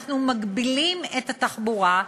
אנחנו מגבילים את התחבורה,